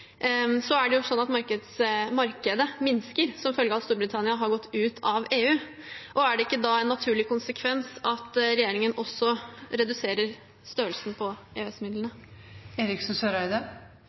er det sånn at markedet minsker som følge av at Storbritannia har gått ut av EU. Er det ikke da en naturlig konsekvens at regjeringen også reduserer størrelsen på